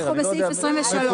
אנחנו בהסתייגות